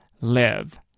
live